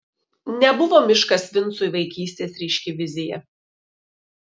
nebuvo miškas vincui vaikystės ryški vizija